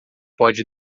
pode